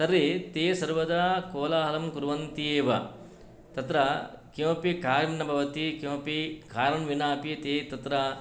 तर्हि ते सर्वदा कोलाहलं कुर्वन्ति एव तत्र किमपि कार्यं न भवति किमपि कारणं विना अपि ते तत्र